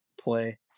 play